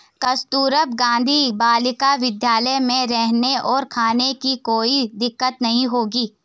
कस्तूरबा गांधी बालिका विद्यालय में रहने और खाने की कोई दिक्कत नहीं होगी